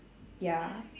ya